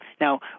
Now